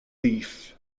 thief